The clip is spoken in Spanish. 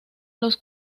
los